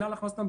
למעשה,